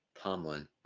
Tomlin